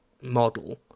model